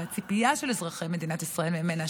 והציפייה של אזרחי מדינת ישראל ממנה,